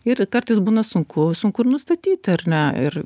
ir kartais būna sunku sunku ir nustatyti ar ne ir